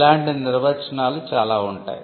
ఇలాంటి నిర్వచనాలు చాల ఉంటాయి